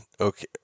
okay